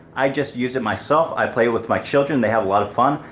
i just use it myself. i play it with my children, they have a lot of fun.